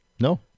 No